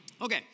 Okay